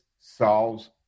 solves